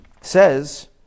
says